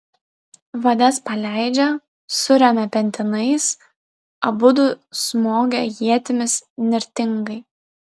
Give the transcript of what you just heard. vades paleidžia suremia pentinais abudu smogia ietimis nirtingai